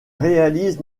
réalise